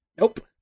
Nope